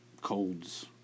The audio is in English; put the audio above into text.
colds